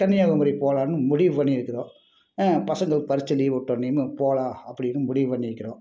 கன்னியாகுமரி போகலாம்னு முடிவு பண்ணி இருக்கிறோம் பசங்களுக்கு பரீட்சை லீவு விட்டவுனேமே போகலாம் அப்படின்னு முடிவு பண்ணி இருக்கிறோம்